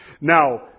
Now